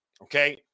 okay